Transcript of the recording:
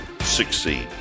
succeed